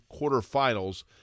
quarterfinals